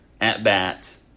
at-bats